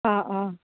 অঁ অঁ